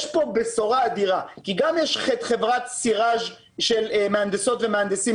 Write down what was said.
יש כאן בשורה אדירה כי גם יש חברה של מהנדסות ומהנדסים